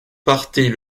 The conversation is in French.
partait